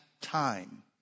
time